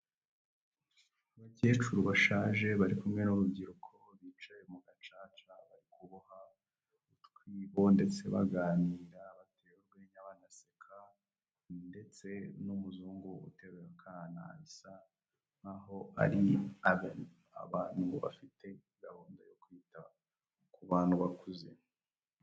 Abakecuru bashaje bari kumwe n'urubyiruko bicaye mu gacaca bari kuboha utwibo ndetse baganira batera urwenya banaseka ndetse n'umuzungu uteruye akana bisa nkaho ari abantu bafite gahunda yo kwita ku bantu bakuze.